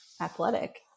athletic